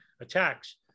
attacks